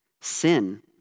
Sin